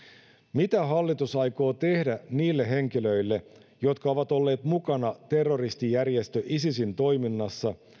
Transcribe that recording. mitä hallitus aikoo tehdä niille henkilöille jotka ovat olleet mukana terroristijärjestö isisin toiminnassa